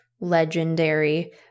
legendary